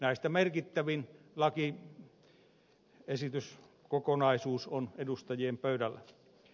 näistä merkittävin lakiesityskokonaisuus on edustajien pöydällä